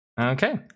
Okay